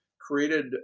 created